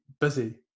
busy